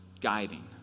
guiding